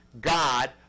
God